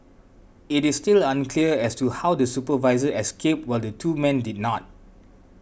it is still unclear as to how the supervisor escaped while the two dead men did not